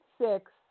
six